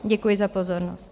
Děkuji za pozornost.